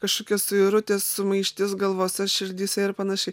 kažkokia suirutė sumaištis galvose širdyse ir panašiai